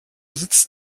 sitzt